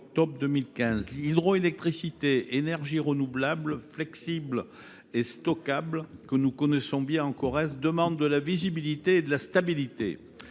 L’hydroélectricité, énergie renouvelable, flexible et stockable, que nous connaissons bien en Corrèze, demande de la visibilité et de la stabilité.